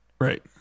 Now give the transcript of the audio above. Right